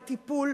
וטיפול,